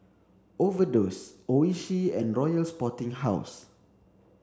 overdose Oishi and Royal Sporting House